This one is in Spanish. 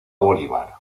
bolívar